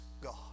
God